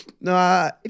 No